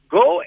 go